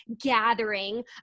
gathering